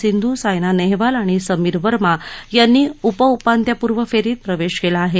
सिंधू सायना नेहवाल आणि समीर वर्मा यांनी उपउपान्त्यपूर्व फेरीत प्रवेश केला आहे